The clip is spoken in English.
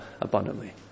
abundantly